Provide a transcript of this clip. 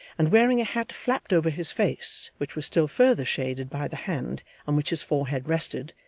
and wearing a hat flapped over his face, which was still further shaded by the hand on which his forehead rested,